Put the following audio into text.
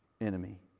enemy